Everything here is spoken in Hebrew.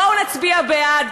בואו ונצביע בעד.